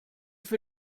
für